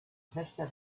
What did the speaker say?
fester